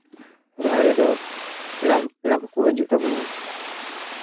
ᱥᱚᱦᱨᱟᱭ ᱨᱮᱫᱚ ᱯᱮᱲᱟ ᱯᱮᱲᱟ ᱠᱚᱠᱚ ᱦᱤᱡᱩᱜ ᱛᱟᱵᱚᱱᱟ